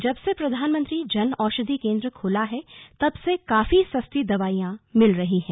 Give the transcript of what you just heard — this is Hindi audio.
जब से प्रधानमंत्री जन औषधि केंद्र खुला है तब से काफी सस्ती दवाइयां मिल रही हैं